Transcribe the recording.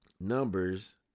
numbers